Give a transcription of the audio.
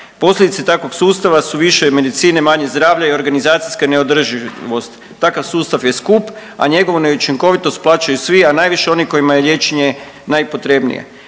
Posljedice takvog sustava su više medicine, manje zdravlja i organizacijska neodrživost. Takav sustav je skup, a njegovu neučinkovitost plaćaju svi, a najviše oni kojima je liječenje najpotrebnije.